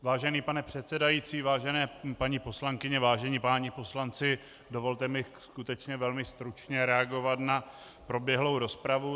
Vážený pane předsedající, vážené paní poslankyně, vážení páni poslanci, dovolte mi skutečně velmi stručně reagovat na proběhlou rozpravu.